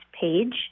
page